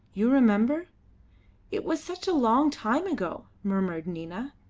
you remember it was such a long time ago, murmured nina.